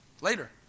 later